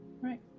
Right